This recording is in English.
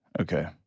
Okay